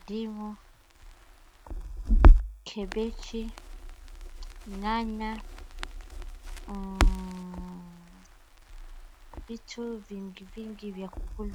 Ndimu kibichi, nyanya vitu vingi vingi vya kukula,